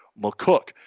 McCook